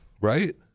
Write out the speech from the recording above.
right